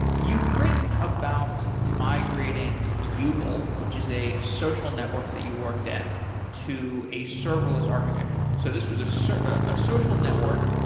you've written about migrating yubl, which is a social network that you worked at to a serverless architecture. so this was so ah a social network.